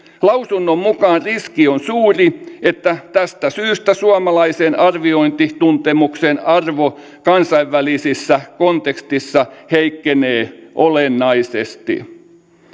lausunnon mukaan riski on suuri että tästä syystä suomalaisen arviointiasiantuntemuksen arvo kansainvälisessä kontekstissa heikkenee olennaisesti